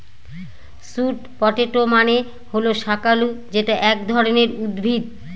sweet potato মানে হল শাকালু যেটা এক ধরনের উদ্ভিদ